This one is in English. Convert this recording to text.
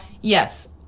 yes